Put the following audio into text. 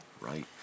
Right